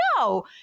No